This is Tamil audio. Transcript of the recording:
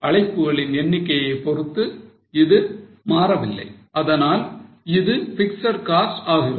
அழைப்புகளின் எண்ணிக்கையை பொறுத்து இது மாறவில்லை அதனால் இது பிக்ஸட் காஸ்ட் ஆகிறது